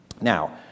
Now